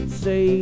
say